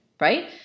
Right